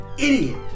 Idiot